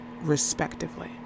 respectively